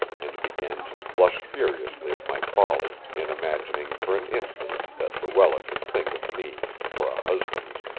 and began to blush furiously at my folly in imagining for an instant that luella could think of me for a husband.